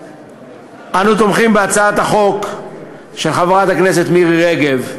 אנו תומכים בהצעת החוק של חברת הכנסת מירי רגב,